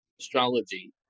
astrology